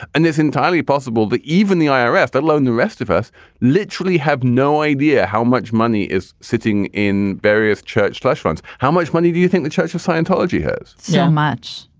and it's entirely possible that even the ah irs that loaned the rest of us literally have no idea how much money is sitting in various church slush funds. how much money do you think the church of scientology has so much?